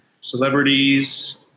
celebrities